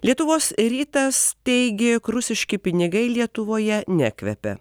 lietuvos rytas teigė jog rusiški pinigai lietuvoje nekvepia